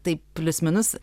taip plius minus